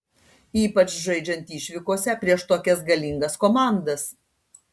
ypač žaidžiant išvykose prieš tokias galingas komandas